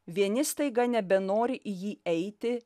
vieni staiga nebenori į jį eiti